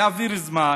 להעביר זמן